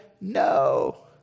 No